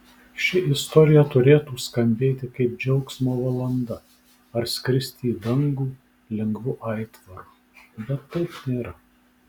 ši istorija turėtų skambėti kaip džiaugsmo valanda ar skristi į dangų lengvu aitvaru bet taip nėra